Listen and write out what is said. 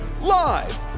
live